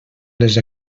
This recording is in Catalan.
les